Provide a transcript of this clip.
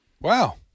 Wow